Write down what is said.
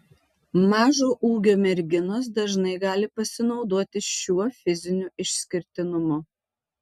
mažo ūgio merginos dažnai gali pasinaudoti šiuo fiziniu išskirtinumu